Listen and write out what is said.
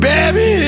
Baby